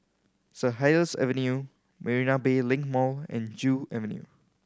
Saint Helier's Avenue Marina Bay Link Mall and Joo Avenue